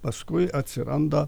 paskui atsiranda